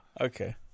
okay